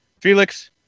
Felix